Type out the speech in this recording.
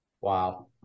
wow